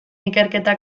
ikerketa